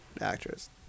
actress